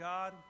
God